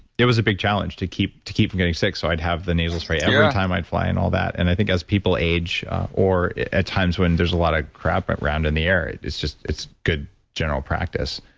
it was a big challenge to keep to keep from getting sick, so i'd have the nasal spray every time i'd fly and all that. and i think as people age or at times when there's a lot of crap around in the air, it's just good general practice